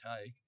take